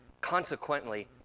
consequently